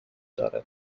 دارد